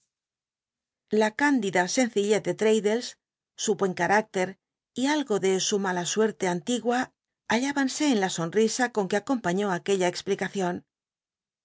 la c indida scnciller de l'mddles su buen carüctet y algo de su mala suerte antigua llall ibansc en la sonrisa con que acompañó aquella explicacion